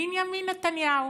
בנימין נתניהו.